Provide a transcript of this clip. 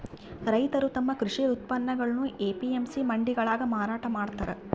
ರೈತರು ತಮ್ಮ ಕೃಷಿ ಉತ್ಪನ್ನಗುಳ್ನ ಎ.ಪಿ.ಎಂ.ಸಿ ಮಂಡಿಗಳಾಗ ಮಾರಾಟ ಮಾಡ್ತಾರ